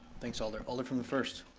thanks, alder. alder from the first.